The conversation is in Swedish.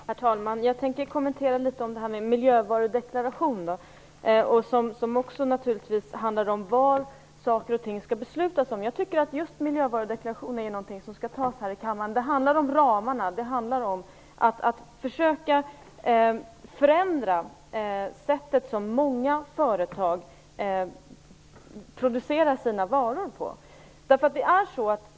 Herr talman! Jag tänker kommentera miljövarudeklarationen, som också handlar om var saker och ting skall beslutas om. Jag tycker att just beslut om miljövarudeklarationer är någonting som skall fattas här i kammaren. Det handlar om ramarna och om att försöka förändra det sätt på vilket många företag producerar sina varor.